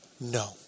No